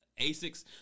Asics